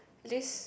this